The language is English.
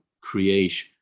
create